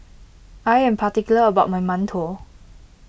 I am particular about my Mantou